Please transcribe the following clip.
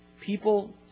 People